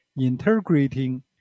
integrating